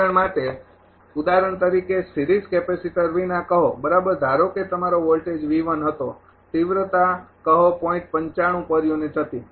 ઉદાહરણ માટે ઉદાહરણ તરીકે સીરીઝ કેપેસિટર વિના કહો બરાબર ધારો કે તમારો વોલ્ટેજ હતો તિવ્રતા કહો પર યુનિટ હતી